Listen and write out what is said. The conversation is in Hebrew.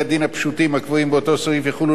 באותו סעיף יחולו לא רק בעבירות קנס,